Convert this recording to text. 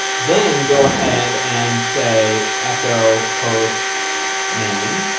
then go ahead and say, echo post name.